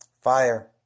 fire